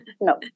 No